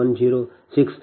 1560 j0